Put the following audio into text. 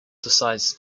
decides